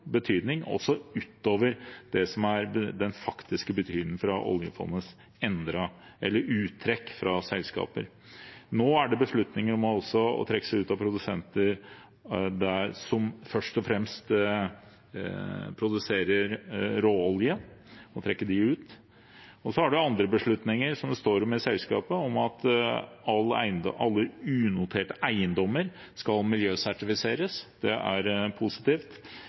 den faktiske betydningen det hadde for oljefondets uttrekk fra selskaper. Nå er det beslutninger om å trekke seg ut fra produsenter som først og fremst produserer råolje. Og så har man andre beslutninger som det står om selskapet, om at alle unoterte eiendommer skal miljøsertifiseres – det er positivt,